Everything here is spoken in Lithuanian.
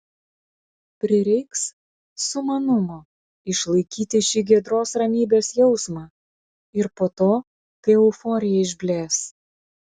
prireiks sumanumo išlaikyti šį giedros ramybės jausmą ir po to kai euforija išblės